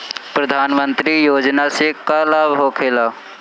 प्रधानमंत्री योजना से का लाभ होखेला?